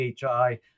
PHI